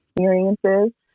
experiences